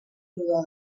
rodó